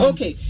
Okay